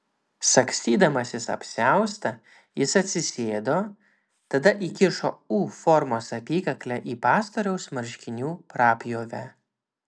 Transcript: sagstydamasis apsiaustą jis atsisėdo tada įkišo u formos apykaklę į pastoriaus marškinių prapjovę